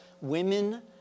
women